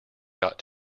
got